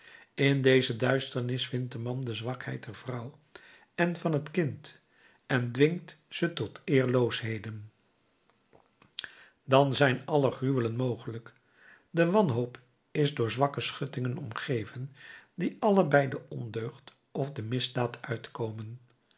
in deze duisternis vindt de man de zwakheid der vrouw en van het kind en dwingt ze tot eerloosheden dan zijn alle gruwelen mogelijk de wanhoop is door zwakke schuttingen omgeven die alle bij de ondeugd of de misdaad uitkomen